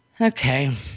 Okay